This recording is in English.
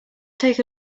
take